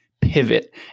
pivot